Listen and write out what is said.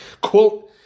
Quote